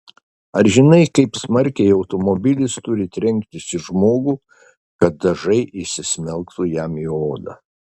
ar žinai kaip smarkiai automobilis turi trenktis į žmogų kad dažai įsismelktų jam į odą